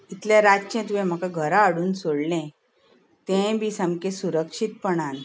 इतले रातचें तुवें म्हाका घरा हाडून सोडलें तेंय बी सामकें सुरक्षीतपणान